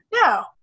no